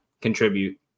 contribute